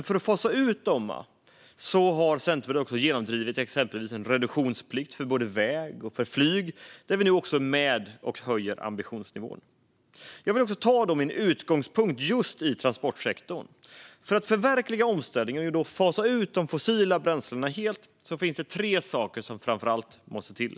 För att fasa ut dessa har Centerpartiet genomdrivit exempelvis en reduktionsplikt för både väg och flyg, där vi nu också är med och höjer ambitionsnivån. Jag vill ta min utgångspunkt just i transportsektorn. För att förverkliga omställningen och fasa ut de fossila bränslena helt finns det tre saker som framför allt måste till.